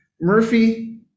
Murphy